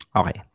okay